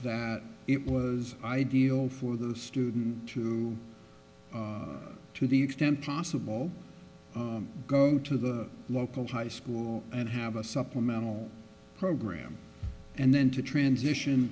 that it was ideal for the student to to the extent possible going to the local high school and have a supplemental program and then to transition